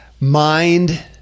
Mind